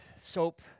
soap